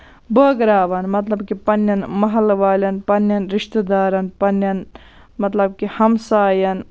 بٲگراوان مطلب کہِ پَنٕنٮ۪ن محلہٕ والٮ۪ن پَنٕنٮ۪ن رِشتہٕ دارَن پَنٕنٮ۪ن مطلب کہِ ہَمساین